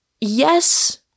Yes